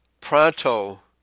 Pronto